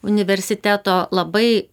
universiteto labai